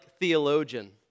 theologian